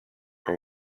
had